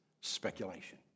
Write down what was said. speculation